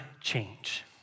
change